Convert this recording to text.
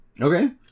Okay